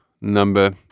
number